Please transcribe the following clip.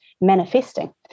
manifesting